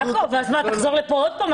זה ייתן מסר שלילי למאות אלפי חרדים.